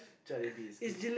Jollibee is good